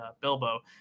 bilbo